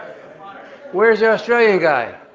where's the australia guy?